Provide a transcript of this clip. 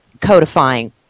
codifying